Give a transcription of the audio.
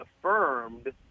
Affirmed